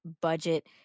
budget